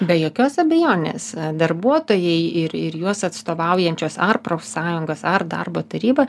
be jokios abejonės darbuotojai ir ir juos atstovaujančios ar profsąjungos ar darbo taryba